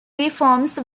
reforms